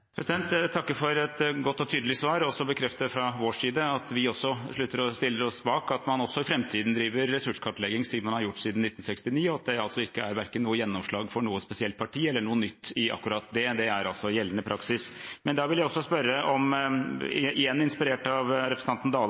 Jeg takker for et godt og tydelig svar og kan bekrefte fra vår side at vi stiller oss bak at man også i framtiden driver ressurskartlegging, slik man har gjort siden 1969, og at det verken er noe gjennomslag for noe spesielt parti eller noe nytt i akkurat det, men altså gjeldende praksis. Da vil jeg også spørre, igjen inspirert av representanten Dale: